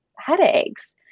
headaches